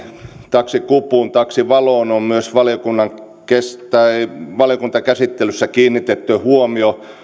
taksikupuun taksivaloon on myös valiokuntakäsittelyssä kiinnitetty huomio